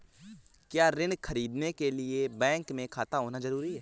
क्या ऋण ख़रीदने के लिए बैंक में खाता होना जरूरी है?